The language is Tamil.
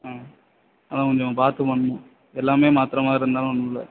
ஆ அதுதான் கொஞ்சம் பார்த்து பண்ணணும் எல்லாமே மாற்றுற மாதிரி இருந்தாலும் ஒன்றும் இல்லை